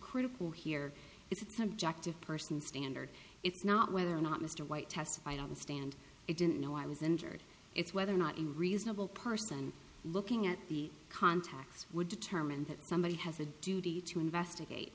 critical here it's an objective person standard it's not whether or not mr white testified on the stand it didn't know i was injured it's whether or not a reasonable person looking at the contacts would determine that somebody has a duty to investigate